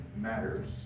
matters